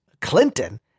Clinton